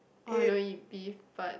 I don't eat beef but